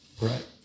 Right